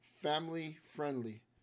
family-friendly